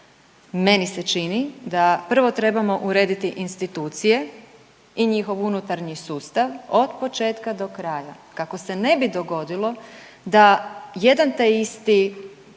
Meni se čini da prvo trebamo urediti institucija i njihov unutarnji sustav od početka do kraja kako se ne bi dogodilo da jedan te isti